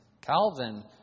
Calvin